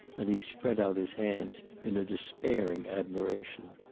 and he spread out his hands in a despairing admiration.